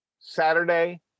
Saturday